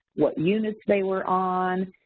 what units they were on,